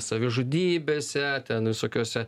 savižudybėse ten visokiose